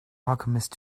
alchemist